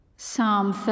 Psalm